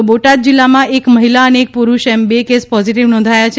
તો બોટાદ જિલ્લામાં એક મહિલા અને એક પુરુષ એમ બે કેસ પોઝીટીવ નોંધાયા છે